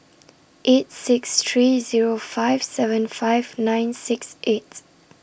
eight six three Zero five seven five nine six eight